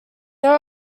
there